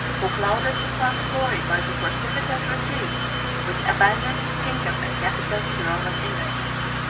who clouded his past glory by the precipitate retreat which abandoned his kingdom and capital to the roman invaders.